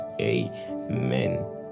Amen